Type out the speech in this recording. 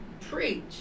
preach